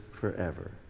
forever